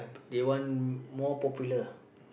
they want more popular